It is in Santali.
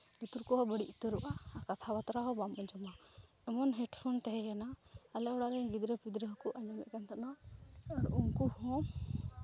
ᱞᱩᱛᱩᱨ ᱠᱚᱦᱚᱸ ᱵᱟᱹᱲᱤᱡ ᱩᱛᱟᱹᱨᱚᱜᱼᱟ ᱠᱟᱛᱷᱟᱼᱵᱟᱛᱨᱟ ᱦᱚᱸ ᱵᱟᱢ ᱟᱡᱚᱢᱟ ᱮᱢᱚᱱ ᱦᱮᱰᱯᱷᱳᱱ ᱛᱟᱦᱮᱸ ᱠᱟᱱᱟ ᱟᱞᱮ ᱚᱲᱟᱜ ᱨᱮᱱ ᱜᱤᱫᱽᱨᱟᱹᱼᱯᱤᱫᱽᱨᱟᱹ ᱦᱚᱸᱠᱚ ᱟᱡᱚᱢᱮᱜ ᱠᱟᱱ ᱛᱟᱦᱮᱱᱟ ᱟᱨ ᱩᱱᱠᱩ ᱦᱚᱸ